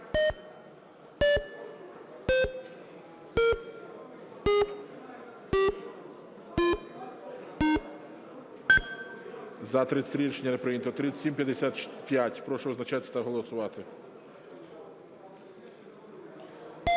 За-33 Рішення не прийнято. 3755. Прошу визначатися та голосувати.